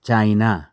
China